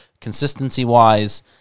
consistency-wise